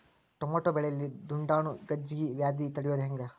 Tomato ಬೆಳೆಯಲ್ಲಿ ದುಂಡಾಣು ಗಜ್ಗಿ ವ್ಯಾಧಿ ತಡಿಯೊದ ಹೆಂಗ್?